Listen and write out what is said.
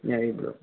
ഞാായി ഇൂ